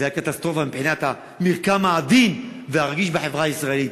זה היה קטסטרופה מבחינת המרקם העדין והרגיש בחברה הישראלית.